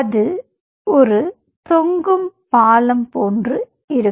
அது ஒரு தொங்கும் பாலம் போன்று இருக்கும்